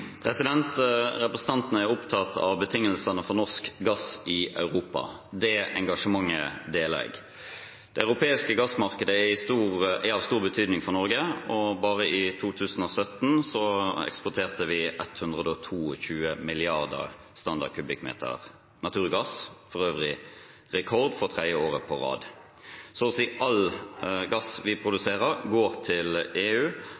Representanten er opptatt av betingelsene for norsk gass i Europa. Det engasjementet deler jeg. Det europeiske gassmarkedet er av stor betydning for Norge, og bare i 2017 eksporterte vi 122 milliarder standardkubikkmeter naturgass, for øvrig rekord for tredje år på rad. Så å si all gass vi produserer, går til EU,